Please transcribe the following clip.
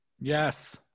yes